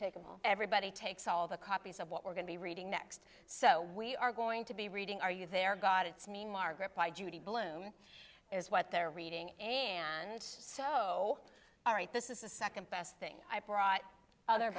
take everybody takes all the copies of what we're going to be reading next so we are going to be reading are you there god it's me margaret by judy blume is what they're reading and so all right this is the second best thing i've brought other